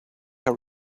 your